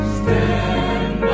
stand